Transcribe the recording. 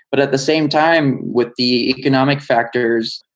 but at the same time, with the economic factors,